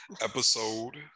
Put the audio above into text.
episode